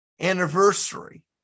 anniversary